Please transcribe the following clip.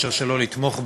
אי-אפשר שלא לתמוך בה.